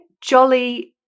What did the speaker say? jolly